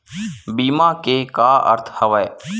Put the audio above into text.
बीमा के का अर्थ हवय?